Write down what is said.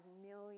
million